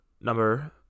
number